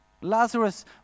Lazarus